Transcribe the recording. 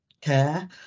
care